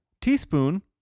teaspoon